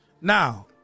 Now